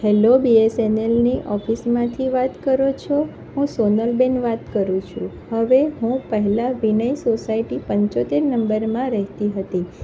hello B S N એલની ઓફિસમાંથી વાત કરો છો હું સોનલબેન વાત કરું છું હવે હું પહેલાં વિનય સોસાયટી પંચોતેર નંબરમાં રહેતી હતી